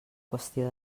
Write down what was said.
qüestió